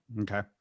Okay